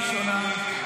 הם לא מדברים אלא אם כן,